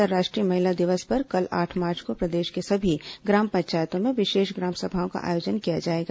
अंतर्राष्ट्रीय महिला दिवस पर कल आठ मार्च को प्रदेश के सभी ग्राम पंचायतों में विशेष ग्राम सभाओं का आयोजन किया जाएगा